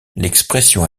l’expression